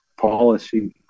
policy